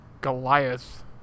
Goliath